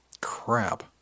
Crap